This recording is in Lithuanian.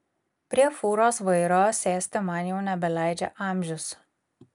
prie fūros vairo sėsti man jau nebeleidžia amžius